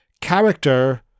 character